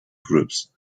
groups